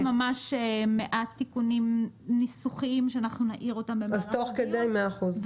יש עוד ממש מעט תיקונים ניסוחיים שאנחנו נעיר אותם במהלך הדיון.